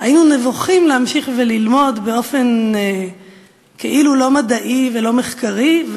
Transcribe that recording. היינו נבוכים להמשיך וללמוד באופן כאילו לא מדעי ולא מחקרי,